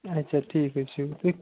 آچھا ٹھیٖک حظ چھُ تُہۍ